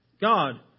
God